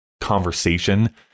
conversation